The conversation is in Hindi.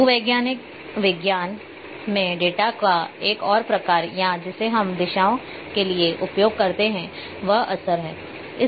भूवैज्ञानिक विज्ञान में डेटा का एक और प्रकार या जिसे हम दिशाओं के लिए उपयोग करते है वह असर है